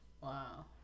Wow